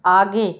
आगे